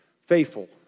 faithful